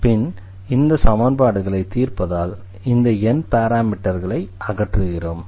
பின் இந்த சமன்பாடுகளை தீர்ப்பதால் அந்த n பாராமீட்டர்களை அகற்றுகிறோம்